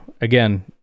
again